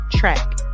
Track